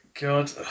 God